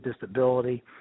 disability